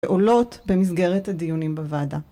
העולות במסגרת הדיונים בוועדה.